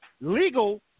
legal